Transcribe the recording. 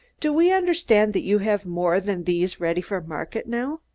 do we understand that you have more than these ready for market now?